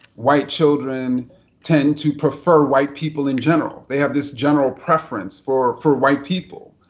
white children tend to prefer white people in general. they have this general preference for for white people.